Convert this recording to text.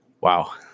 Wow